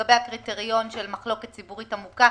לגבי הקריטריון של מחלוקת ציבורית עמוקה,